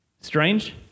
strange